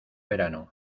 verano